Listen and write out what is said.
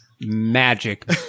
magic